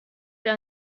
wir